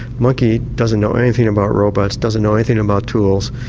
monkey doesn't know anything about robots, doesn't know anything about tools,